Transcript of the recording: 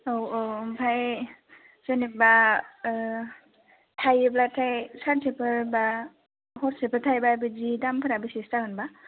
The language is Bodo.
औ औ औ आमफ्राय जेनेबा ओ थायोब्लाथाय सानसेफोर बा हरसेफोर थायोबा बिदि दामफोरा बेसेसो जागोनबा